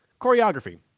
Choreography